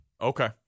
Okay